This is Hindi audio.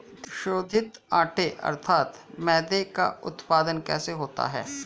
शोधित आटे अर्थात मैदे का उत्पादन कैसे होता है?